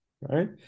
right